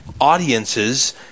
audiences